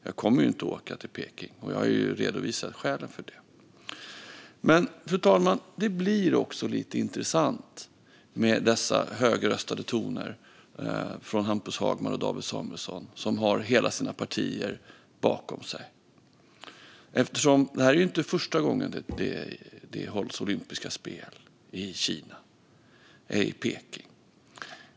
Jag kommer inte att åka till Peking, och jag har redovisat skälen för det. Men, fru talman, det blir lite intressant med dessa högröstade toner från Hampus Hagman och David Samuelsson, som har hela sina partier bakom sig. Det är ju inte första gången det hålls olympiska spel i Kina, i Peking.